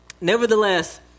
nevertheless